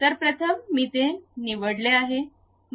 तर प्रथम मी ते निवडले आहे